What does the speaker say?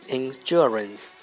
insurance